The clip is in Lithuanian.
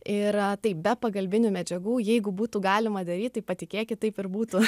ir a taip be pagalbinių medžiagų jeigu būtų galima daryt tai patikėkit taip ir būtų